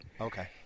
Okay